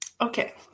Okay